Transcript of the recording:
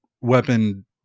weapon